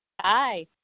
Hi